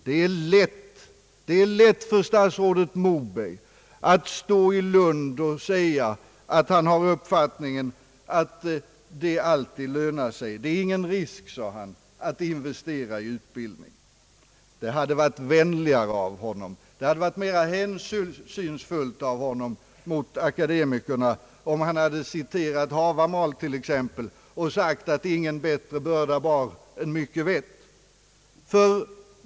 Det är lätt för statsrådet Moberg att stå i Lund och säga att det inte är någon risk att investera i utbildning. Det hade varit vänligare och mer hänsynsfullt mot akademikerna om han hade citerat Havamal och sagt att ingen bättre börda bar än mycket vett.